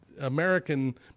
American